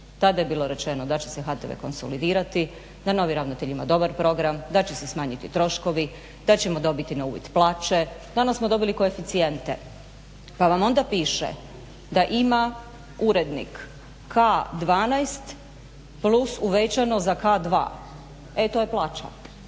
Tada je bilo rečeno da će se HTV konsolidirati da novi ravnatelj ima dobar program, da će se smanjiti troškovi, da ćemo dobiti na uvid plaće. Danas smo dobili koeficijente da vam onda piše da ima urednik K-12 plus uvećano za K-2, e to je plaća.